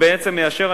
ובעצם מיישר,